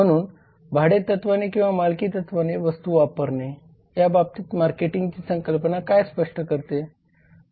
म्हणून भाडे तत्वाने किंवा मालकी तत्वाने वस्तू वापरणे या बाबतीत मार्केटिंगची संकल्पना काय स्पष्ट करते